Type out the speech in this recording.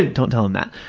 don't tell him that.